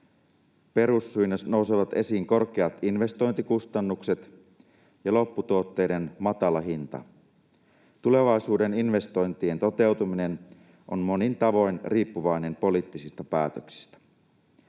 Perussyinä nousevat esiin korkeat investointikustannukset ja lopputuotteiden matala hinta. Tulevaisuuden investointien toteutuminen on monin tavoin riippuvainen poliittisista päätöksistä.